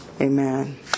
Amen